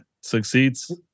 Succeeds